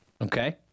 okay